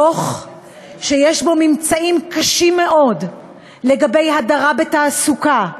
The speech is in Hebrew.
דוח שיש בו ממצאים קשים מאוד לגבי הדרה בתעסוקה,